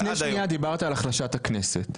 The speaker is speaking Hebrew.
אופיר, לפני שנייה דיברת על החלשת הכנסת.